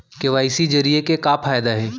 KYC जरिए के का फायदा हे?